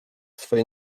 swej